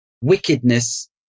wickedness